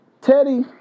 Teddy